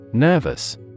Nervous